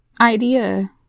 idea